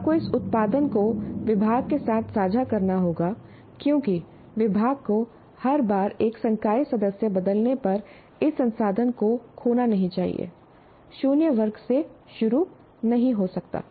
आपको इस उत्पादन को विभाग के साथ साझा करना होगा क्योंकि विभाग को हर बार एक संकाय सदस्य बदलने पर इस संसाधन को खोना नहीं चाहिए शून्य वर्ग से शुरू नहीं हो सकता